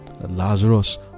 Lazarus